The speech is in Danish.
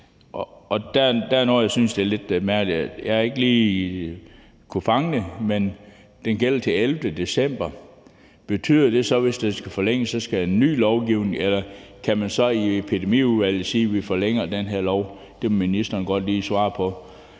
er der noget, jeg synes er lidt mærkeligt, men som jeg ikke lige har kunnet fange. Det her gælder til den 11. december, og betyder det så, at hvis det skal forlænges, skal der ny lovgivning til, eller kan man i Epidemiudvalget sige, at man forlænger den her lov? Det må ministeren godt lige svare på,